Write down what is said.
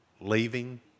Leaving